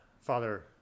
father